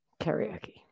Karaoke